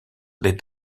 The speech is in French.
les